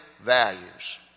values